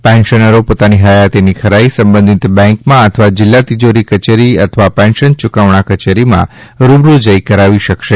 પેન્શનરો પોતાની હયાતીની ખરાઇ સબંધિત બેંકમાં અથવા જિલ્લા તિજોરી કચેરી અથવા પેન્શન યુકવણા કચેરીઓમાં રૂબરૂ જઇ કરાવી શકશે